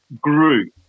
grew